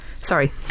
Sorry